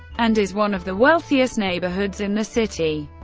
and is one of the wealthiest neighborhoods in the city.